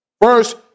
First